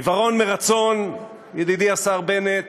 עיוורון מרצון, ידידי השר בנט,